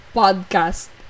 podcast